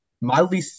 mildly